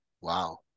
Wow